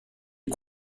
est